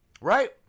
Right